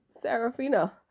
Serafina